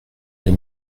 les